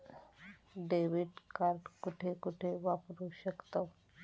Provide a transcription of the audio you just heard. Debit card कुठे कुठे वापरू शकतव?